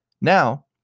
Now